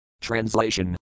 Translation